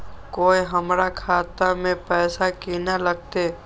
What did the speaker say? कोय हमरा खाता में पैसा केना लगते?